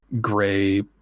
gray